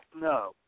No